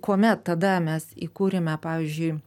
kuomet tada mes įkūrėme pavyzdžiui